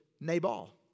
Nabal